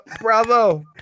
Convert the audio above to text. Bravo